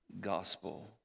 gospel